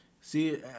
See